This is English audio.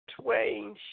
twain